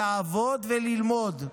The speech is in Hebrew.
לעבוד וללמוד.